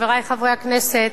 חברי חברי הכנסת,